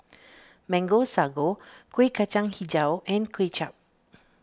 Mango Sago Kueh Kacang HiJau and Kway Chap